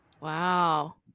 wow